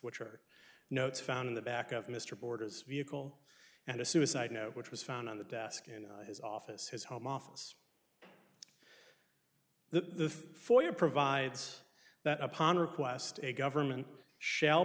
which are notes found in the back of mr borders vehicle and a suicide note which was found on the desk in his office his home office the foyer provides that upon request a government shall